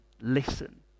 listen